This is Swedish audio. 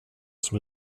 som